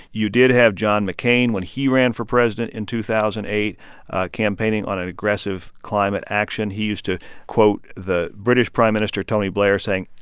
you did have john mccain when he ran for president in two thousand and eight campaigning on aggressive climate action. he used to quote the british prime minister tony blair, saying,